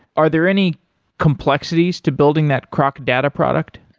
are there any complexities to building that crocdata product?